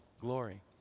glory